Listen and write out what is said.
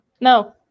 No